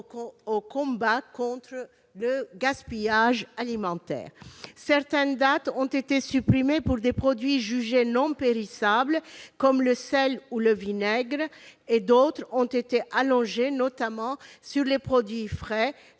au combat contre le gaspillage alimentaire. Certaines dates ont été supprimées pour des produits jugés non périssables, comme le sel ou le vinaigre, et d'autres ont été allongées, notamment pour les produits frais,